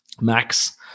max